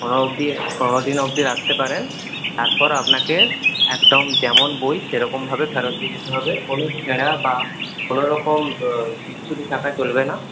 পনেরো অবধি পনেরো দিন অবধি রাখতে পারেন তারপর আপনাকে একদম যেমন বই সেরকমভাবে ফেরত দিয়ে যেতে হবে কোনো ছেঁড়া বা কোনো রকম বিচ্যুতি থাকা চলবে না